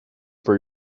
for